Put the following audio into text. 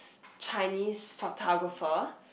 Chinese photographer